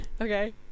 Okay